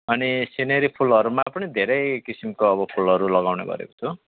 अनि सिनेरी फुलहरूमा पनि धेरै किसिमको अब फुलहरू लगाउने गरेको छु